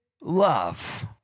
love